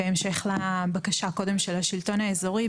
בהמשך לבקשה הקודמת של השלטון האזורי,